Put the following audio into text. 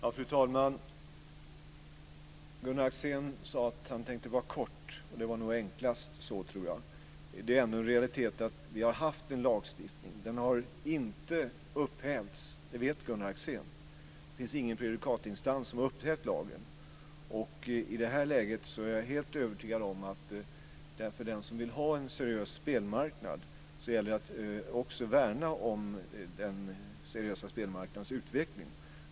Fru talman! Gunnar Axén sade att han tänkte vara kort. Det var nog enklast så, tror jag. Det är ändå en realitet att vi har haft en lagstiftning. Den har inte upphävts. Det vet Gunnar Axén. Det finns ingen prejudikatinstans som har upphävt lagen. I det här läget är jag helt övertygad om att för den som vill ha en seriös spelmarknad gäller det också att värna om den seriösa spelmarknadens utveckling.